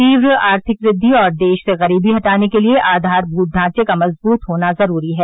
तीव्र आर्थिक वृद्धि और देश से गरीबी हटाने के लिए आधारमूत ढांचे का मजबूत होना जरूरी है